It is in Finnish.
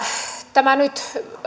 tämä nyt